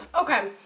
Okay